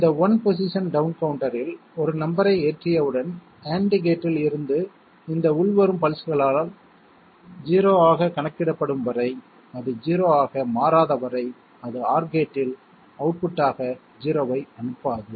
இந்த one position down கவுண்டரில் ஒரு நம்பரை ஏற்றியவுடன் AND கேட்டில் இருந்து இந்த உள்வரும் பல்ஸ்களால் 0 ஆகக் கணக்கிடப்படும் வரை அது 0 ஆக மாறாத வரை அது OR கேட்டில் அவுட்புட் ஆக 0 ஐ அனுப்பாது